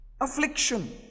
affliction